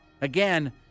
Again